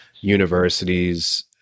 universities